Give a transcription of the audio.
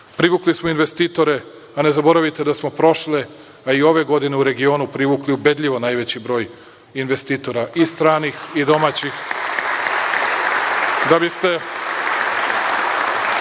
Privukli smo investitore, a ne zaboravite da smo prošle a i ove godine u regionu privukli ubedljivo najveći broj investitora i stranih i domaćih,